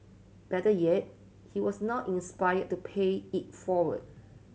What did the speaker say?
better yet he was now inspired to pay it forward